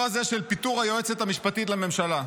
הזה של פיטור היועצת המשפטית לממשלה.